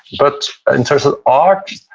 but in terms of art,